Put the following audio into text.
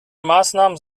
maßnahmen